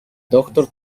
doctor